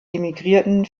emigrierten